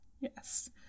Yes